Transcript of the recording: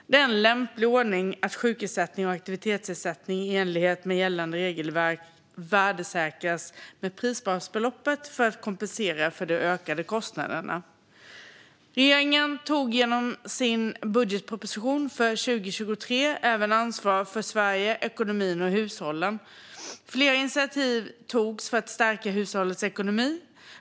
Det är en lämplig ordning att sjukersättning och aktivitetsersättning i enlighet med gällande regelverk värdesäkras med prisbasbeloppet för att kompensera för de ökade kostnaderna. Regeringen tog genom sin budgetproposition för 2023 ansvar för Sverige, ekonomin och hushållen. Flera initiativ togs för att stärka hushållens ekonomi.